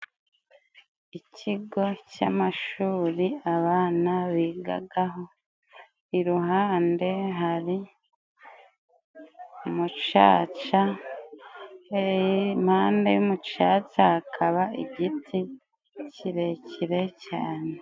Ikigo cy'amashuri abana bigagaho, iruhande hari umucaca, impande y'umucatsa hakaba igiti kirekire cyane.